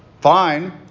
fine